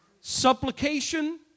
Supplication